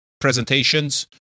presentations